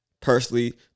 Personally